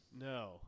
No